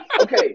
okay